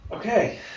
Okay